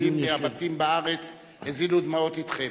ואני רוצה לומר לך שברבים מהבתים בארץ הזילו דמעות אתכם.